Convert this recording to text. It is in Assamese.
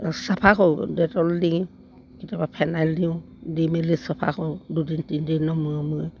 চাফা কৰোঁ ডেটল দি কেতিয়াবা ফেনাইল দিওঁ দি মেলি চফা কৰোঁ দুদিন তিনিদিনৰ মূৰে মূৰে